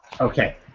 Okay